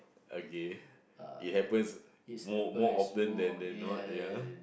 okay it happens more more often then then not ya